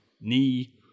knee